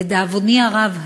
לדאבוני הרב,